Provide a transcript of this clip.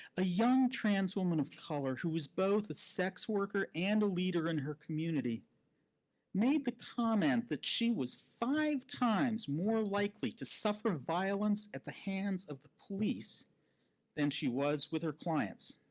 a young trans woman of color who was both a sex worker and a leader in her community made the comment that she was five times more likely to suffer violence at the hands of the police than she was with her clients.